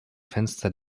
fenster